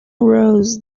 rose